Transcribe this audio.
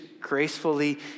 gracefully